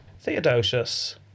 Theodosius